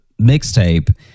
mixtape